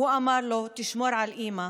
הוא אמר לו: תשמור על אימא,